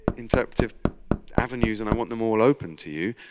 interpretive avenues, and i want them all open to you.